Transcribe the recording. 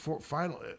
final